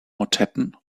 motetten